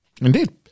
Indeed